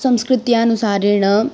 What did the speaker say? संस्कृत्यनुसारेण